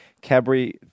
Cadbury